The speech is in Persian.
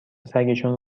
سگشون